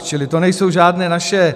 Čili to nejsou žádné naše...